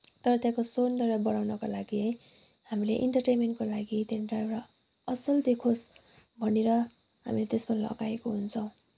तर त्यहाँको सौन्दर्य बढाउनको लागि है हामीले इन्टरटेनमेन्टको लागि त्यहाँनिर एउटा असल देखोस् भनेर हामीले त्यसमा लगाएको हुन्छौँ